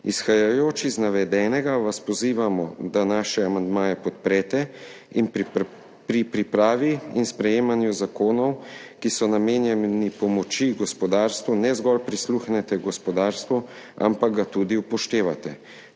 Izhajajoč iz navedenega vas pozivamo, da naše amandmaje podprete in pri pripravi in sprejemanju zakonov, ki so namenjeni pomoči gospodarstvu, ne zgolj prisluhnete gospodarstvu, ampak ga tudi upoštevate.